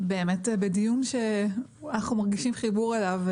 זה דיון שאנחנו מרגישים חיבור אליו,